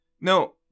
No